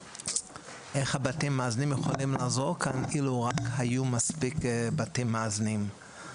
איך הבתים המאזנים יכולים לעזור כאן אילו רק היו מספיק בתים מאזנים.